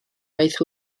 beth